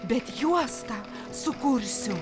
bet juostą sukursiu